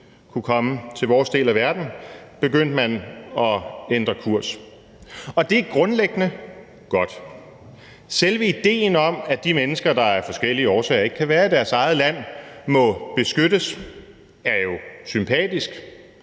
kunne komme til vores del af verden – begyndte man at ændre kurs, og det er grundlæggende godt. Selve idéen om, at de mennesker, der af forskellige årsager ikke kan være i deres eget land, må beskyttes, er jo sympatisk,